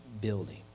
building